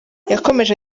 yakomeje